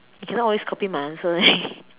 you cannot always copy my answer leh